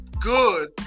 good